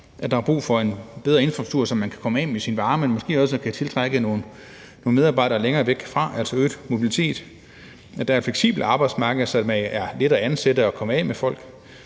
at der er brug for en bedre infrastruktur, så man kan komme af med sine varer, men måske også kan tiltrække nogle medarbejdere længere væk fra, altså øget mobilitet, eller at der er et fleksibelt arbejdsmarked, så det er let at ansætte og komme af med folk.